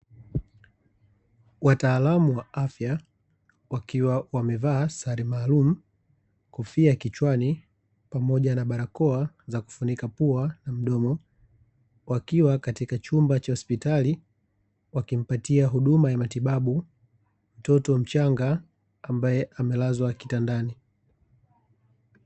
Wataalamu wa afya wakiwa wamevaa sare maalum, kofia kichwani, pamoja na barakoa za kufunika pua na mdomo, wakiwa katika chumba cha hospitali wakimpatia huduma ya matibabu mtoto mchanga ambaye amelazwa kitandani.